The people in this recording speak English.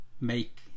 make